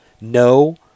no